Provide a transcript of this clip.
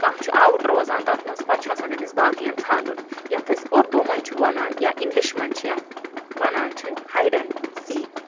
کانٛہہ چھُ آوُٹ روزان تَتھ منٛز پتہٕ چھُ آسان تٔمِس باقین ژھانڈُن یَتھ أسۍ اردو منٛز چھِ ونان یا انگلِش منٛز چھِ یہ ونان چھِ ہایڈ اینڈ سیٖک